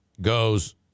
goes